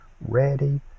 ready